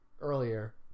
earlier